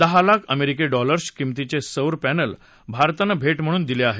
दहा लाख अमेरिकी डॉलर्स किमतीचे सौर पक्लि भारतानं भेट म्हणून दिले आहेत